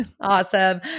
Awesome